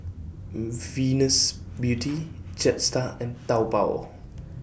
Venus Beauty Jetstar and Taobao